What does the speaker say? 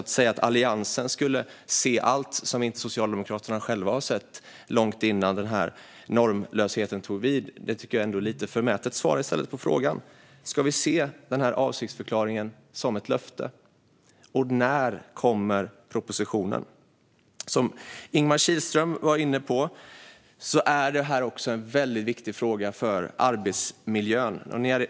Att säga att Alliansen skulle se allt som inte Socialdemokraterna själva har sett långt innan normlösheten tog vid tycker jag är lite förmätet. Svara i stället på frågorna! Ska vi se denna avsiktsförklaring som ett löfte? Och när kommer propositionen? Som Ingemar Kihlström var inne på är detta också en viktig fråga för arbetsmiljön.